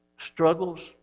struggles